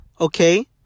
okay